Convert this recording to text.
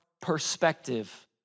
perspective